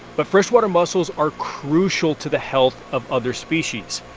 but freshwater mussels are crucial to the health of other species.